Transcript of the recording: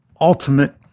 ultimate